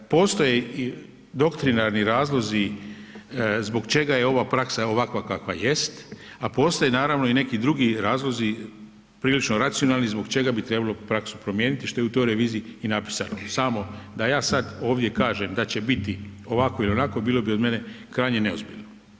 Postoje doktrinarni razlozi zbog čega je ova praksa ovakva kakva jest, a postoje naravno i neki drugi razlozi prilično racionalni zbog čega bi trebalo praksu promijeniti što je u toj reviziji i napisano, samo da ja sad ovdje kažem da će biti ovako ili onako bilo bi od mene krajnje neozbiljno.